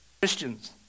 Christians